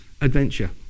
adventure